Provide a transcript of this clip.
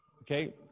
Okay